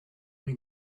only